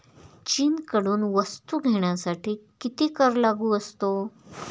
चीनकडून वस्तू घेण्यासाठी किती कर लागू असतो?